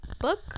book